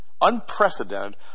unprecedented